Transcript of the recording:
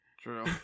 True